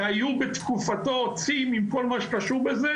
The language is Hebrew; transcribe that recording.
שהיו בתקופתו צי, עם כל מה שקשור בזה.